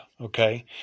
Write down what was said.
okay